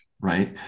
right